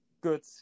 good